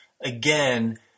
Again